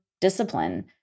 discipline